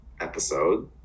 episode